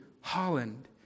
Holland